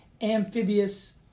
amphibious